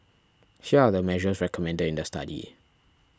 here are the measures recommended in the study